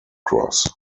cross